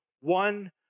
one